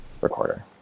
recorder